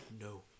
No